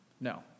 No